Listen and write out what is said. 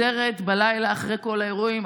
וכשהייתי חוזרת בלילה אחרי כל האירועים,